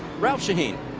ralph sheheen.